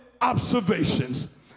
observations